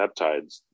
peptides